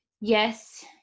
Yes